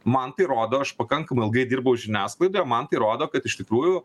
man tai rodo aš pakankamai ilgai dirbau žiniasklaidoj man tai rodo kad iš tikrųjų